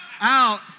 out